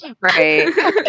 Right